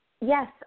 Yes